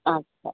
अच्छा